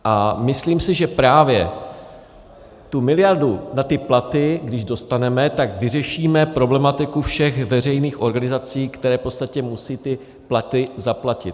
A myslím si, že právě tu miliardu na ty platy, když dostaneme, tak vyřešíme problematiku všech veřejných organizací, které v podstatě musí ty platy zaplatit.